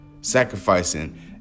sacrificing